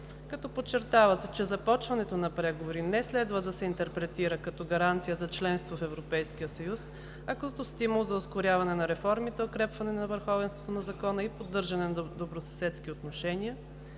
Като подчертава, че започването на преговори не следва да се интерпретира като гаранция за членство за Европейския съюз, а като стимул за ускоряване на реформите, укрепване на върховенството на закона и поддържане на добросъседски отношения;